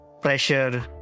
pressure